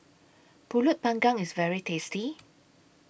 Pulut Panggang IS very tasty